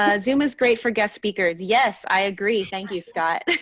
ah zoom is great for guest speakers. yes, i agree. thank you, scott.